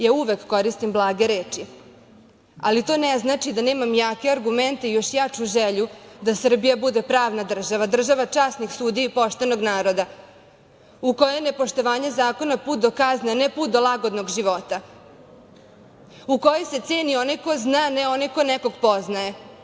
Ja uvek koristim blage reči, ali to ne znači da nemam jake argumente i još jaču želju da Srbija bude pravna država, država časnih sudija i poštenog naroda, u kojoj je nepoštovanje zakona put do kazne, a ne put do lagodnog života, u kojoj se ceni onaj ko zna, a ne onaj ko nekog poznaje.